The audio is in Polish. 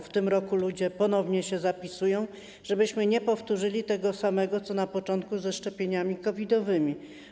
W tym roku ludzie ponownie się zapisują - żebyśmy nie powtórzyli tego samego, co na początku ze szczepieniami COVID-owymi.